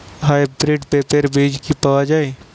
Hybrid পেঁপের বীজ কি পাওয়া যায়?